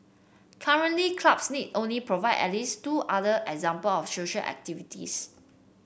currently clubs need only provide at least two other example of social activities